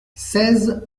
seize